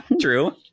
true